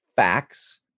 Facts